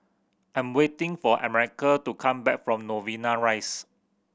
I'm waiting for America to come back from Novena Rise